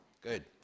Good